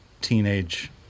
teenage